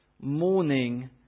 morning